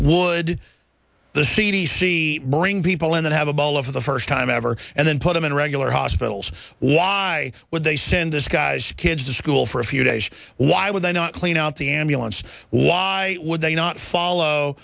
would the c d c bring people in and have a ball over the first time ever and then put them in regular hospitals why would they send this guys kids to school for a few days why would they not clean out the ambulance why would they not follow